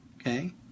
Okay